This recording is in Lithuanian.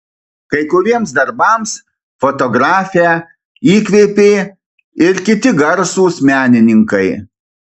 kai kuriems darbams fotografę įkvėpė ir kiti garsūs menininkai